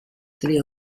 tre